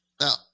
Now